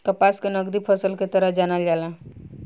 कपास के नगदी फसल के तरह जानल जाला